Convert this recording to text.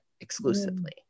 exclusively